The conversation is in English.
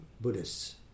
Buddhists